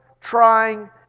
trying